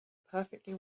perfectly